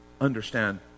understand